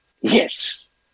Yes